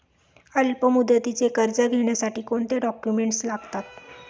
अल्पमुदतीचे कर्ज घेण्यासाठी कोणते डॉक्युमेंट्स लागतात?